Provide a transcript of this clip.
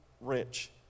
rich